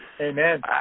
Amen